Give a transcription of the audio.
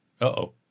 Uh-oh